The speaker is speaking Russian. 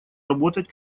работать